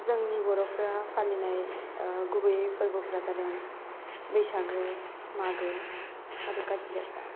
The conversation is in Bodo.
जोंनि बर'फ्रा फालिनाय गुबैयै फोर्बोफ्रा जादों बैसागो मागो आरो कार्थिक गासा